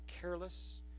careless